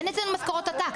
אין אצלנו משכורות עתק,